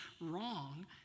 wrong